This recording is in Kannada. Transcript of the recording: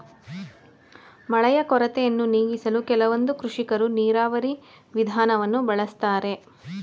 ಮಳೆಯ ಕೊರತೆಯನ್ನು ನೀಗಿಸಲು ಕೆಲವೊಂದು ಕೃಷಿಕರು ನೀರಾವರಿ ವಿಧಾನವನ್ನು ಬಳಸ್ತಾರೆ